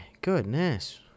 Goodness